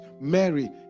mary